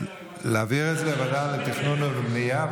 להעביר את זה לוועדה לתכנון ובנייה.